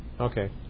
Okay